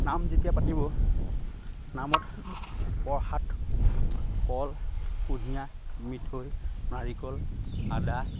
নাম যেতিয়া পাতিব নামত প্ৰসাদ কল কুঁহিয়া মিঠৈ নাৰিকল আদা